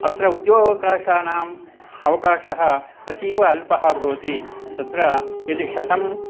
अत्र उद्योगकाशानाम् अवकाशः अतीव अल्पः भवति तत्र यदि शतं